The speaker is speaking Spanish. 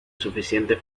suficiente